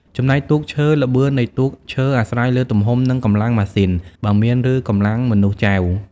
ចំណែកទូកឈើល្បឿននៃទូកឈើអាស្រ័យលើទំហំ និងកម្លាំងម៉ាស៊ីន បើមាន ឬកម្លាំងមនុស្សចែវ ។